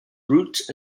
roots